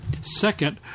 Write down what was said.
Second